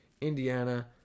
Indiana